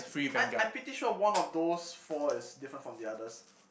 I I'm pretty sure one of those four is different from the others